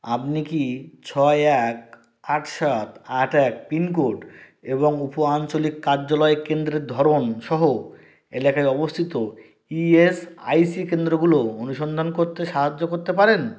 আপনি কি ছয় এক আট সাত আট এক পিনকোড এবং উপ আঞ্চলিক কার্যালয় কেন্দ্রের ধরনসহ এলাকায় অবস্থিত ইএসআইসি কেন্দ্রগুলো অনুসন্ধান করতে সাহায্য করতে পারেন